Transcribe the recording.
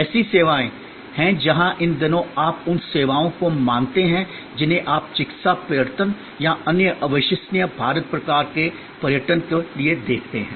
ऐसी सेवाएँ हैं जहाँ इन दिनों आप उन सेवाओं को मानते हैं जिन्हें आप चिकित्सा पर्यटन या अन्य अविश्वसनीय भारत प्रकार के पर्यटन के लिए देखते हैं